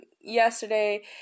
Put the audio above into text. yesterday